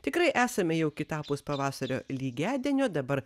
tikrai esame jau kitapus pavasario lygiadienio dabar